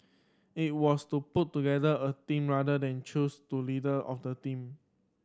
it was to put together a team rather than choose the leader of the team